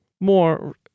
more